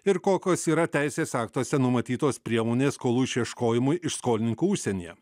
ir kokios yra teisės aktuose numatytos priemonės skolų išieškojimui iš skolininkų užsienyje